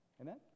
Amen